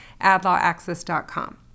adlawaccess.com